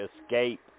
escape